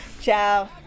ciao